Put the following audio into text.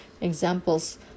Examples